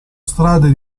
strade